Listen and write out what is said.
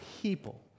people